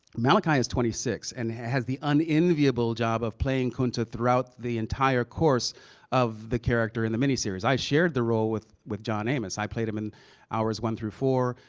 malachi is twenty six, and has the unenviable job of playing kunta throughout the entire course of the character in the mini series. i shared the role with with john ames. i played him and hours one through four,